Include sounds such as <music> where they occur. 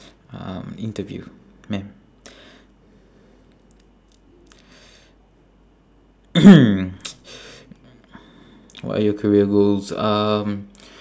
um interview ma'am <coughs> <noise> what are your career goals um